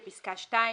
בפסקה (2),